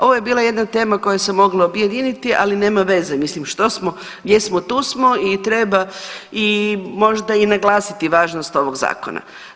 Ovo je bila jedna tema koju se moglo objediniti, ali nema veze, što smo, gdje smo, tu smo i treba i možda i naglasiti važnost ovog zakona.